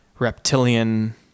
reptilian